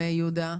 יהודה,